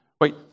wait